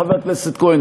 חבר הכנסת כהן,